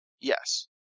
Yes